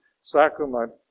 sacrament